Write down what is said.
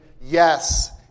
yes